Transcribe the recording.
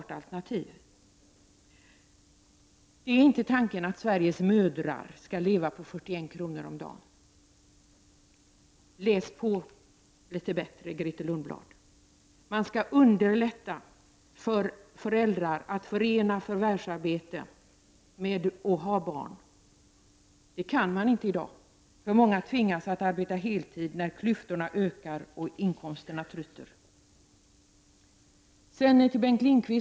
Tanken är inte att Sveriges mödrar skall leva på 41 kr. om dagen. Läs på litet bättre, Grethe Lundblad! Man skall underlätta för föräldrar att förena förvärvsarbete med att ha barn. Det går inte i dag; många tvingas att arbeta heltid när klyftorna ökar och inkomsterna tryter. Sedan vill jag vända mig till Bengt Lindqvist.